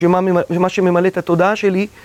זה מה שממלא את התודעה שלי